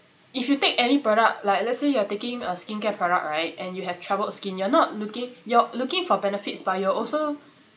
if you take any product like let's say you are taking a skincare product right and you have troubled skin you're not looking you're looking for benefits but you're also